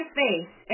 face